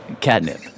Catnip